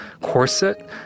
corset